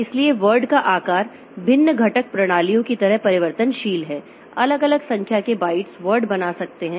इसलिए वर्ड का आकार भिन्न घटक प्रणालियों की तरह परिवर्तनशील है अलग अलग संख्या के बाइट्स वर्ड बना सकते हैं